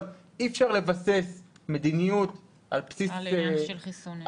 אבל אי-אפשר לבסס מדיניות על בסיס -- על עניין של חיסונים.